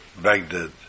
Baghdad